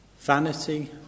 Vanity